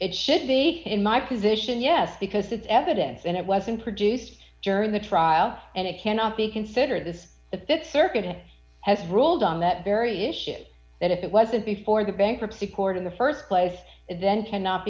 it should be in my position yes because it's evidence and it was introduced during the trial and it cannot be considered this the th circuit has ruled on that very issue that if it wasn't before the bankruptcy court in the st place then